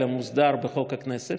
אלא מוסדר בחוק הכנסת.